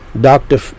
doctor